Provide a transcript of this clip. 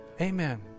Amen